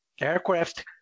aircraft